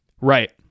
right